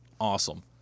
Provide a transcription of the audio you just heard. awesome